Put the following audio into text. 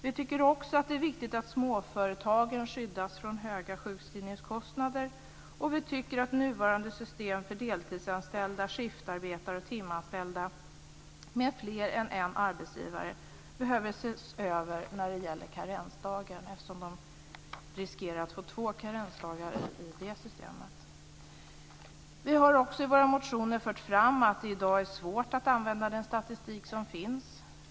Vi tycker också att det är viktigt att småföretagen skyddas från höga sjukskrivningskostnader, och vi tycker att nuvarande system för deltidsanställda, skiftarbetare och timanställda med fler än en arbetsgivare behöver ses över när det gäller karensdagen, eftersom de riskerar att få två karensdagar i det systemet. Vi har också i våra motioner fört fram att det i dag är svårt att använda den statistik som finns.